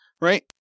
right